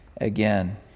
again